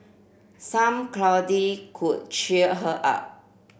some cuddling could cheer her up